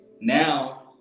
now